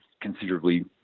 considerably